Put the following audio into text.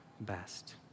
best